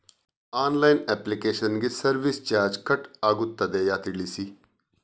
Online application ಗೆ service charge cut ಆಗುತ್ತದೆಯಾ ತಿಳಿಸಿ?